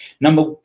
Number